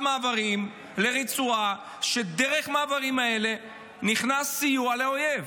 מעברים לרצועה כשדרך המעברים האלה נכנס סיוע לאויב.